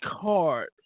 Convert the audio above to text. card